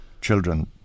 children